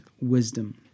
wisdom